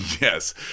Yes